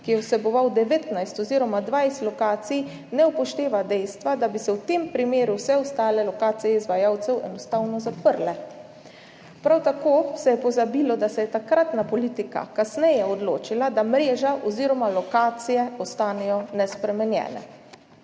ki je vseboval 19 oziroma 20 lokacij, ne upošteva dejstva, da bi se v tem primeru vse ostale lokacije izvajalcev enostavno zaprle. Prav tako se je pozabilo, da se je takratna politika kasneje odločila, da mreža oziroma lokacije ostanejo nespremenjene.